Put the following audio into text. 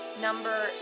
number